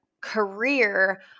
career